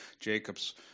Jacob's